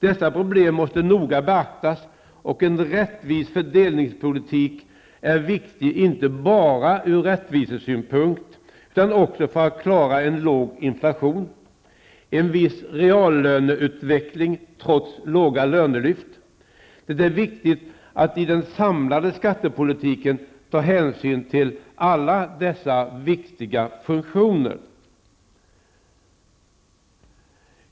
Dessa problem måste noga beaktas, och en rättvis fördelningspolitik är viktig inte bara ur rättvisesynpunkt, utan också för att klara en låg inflation och en viss reallöneutveckling trots låga lönelyft. Det är viktigt att i den samlade skattepolitiken ta hänsyn till alla dessa viktiga funktioner.